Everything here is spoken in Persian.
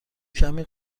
کمی